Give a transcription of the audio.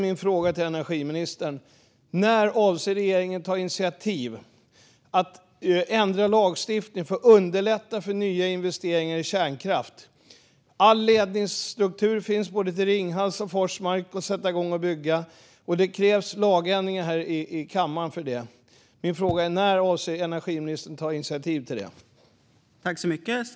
Min fråga till energiministern är därför: När avser regeringen att ta initiativ till att ändra lagstiftningen för att underlätta för nya investeringar i kärnkraft? All ledningsstruktur finns till både Ringhals och Forsmark, och man kan bara sätta igång och bygga. Men för det krävs lagändringar här i kammaren. När avser energiministern att ta initiativ till det?